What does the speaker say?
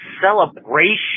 Celebration